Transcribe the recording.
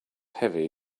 heavy